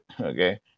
okay